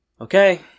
Okay